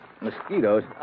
mosquitoes